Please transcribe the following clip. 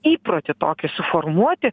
įprotį tokį suformuoti